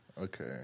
Okay